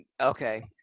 Okay